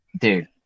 dude